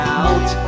out